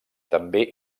també